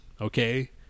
okay